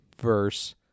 verse